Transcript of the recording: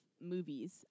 movies